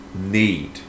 need